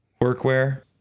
workwear